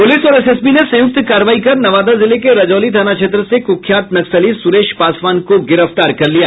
police और SSB ने संयुक्त कार्रवाई कर नवादा जिले के रजौली थाना क्षेत्र से कुख्यात नक्सली सुरेश पासवान को गिरफ्तार कर लिया